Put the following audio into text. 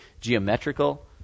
geometrical